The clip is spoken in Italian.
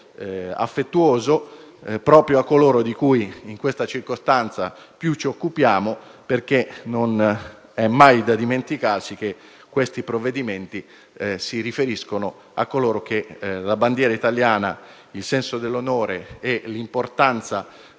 affettuoso proprio a coloro di cui in questa circostanza più ci occupiamo, perché non è mai da dimenticarsi che questi provvedimenti si riferiscono a coloro che hanno a mente la bandiera italiana, il senso dell'onore e l'importanza